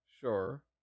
sure